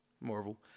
Marvel